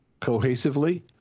cohesively—